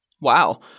Wow